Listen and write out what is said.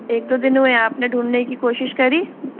एक दो दिन हुऐ है आपने ढूढ़ने की कोशिश करी